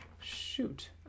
Shoot